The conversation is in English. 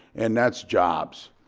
and that's jobs,